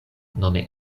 nome